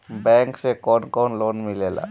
Bank से कौन कौन लोन मिलेला?